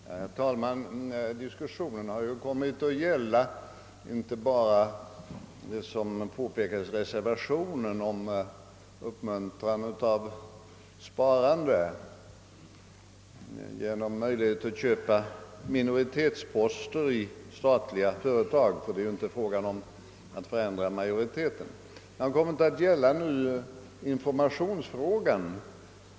Herr talman! Diskussionen har kommit att gälla inte bara, såsom påpekades, reservationen om uppmuntran av sparande genom möjlighet att köpa minoritetsposter i statliga företag — det är ju inte fråga om att förändra majoriteten — utan också informationsfrågan.